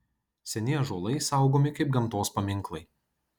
seni ąžuolai saugomi kaip gamtos paminklai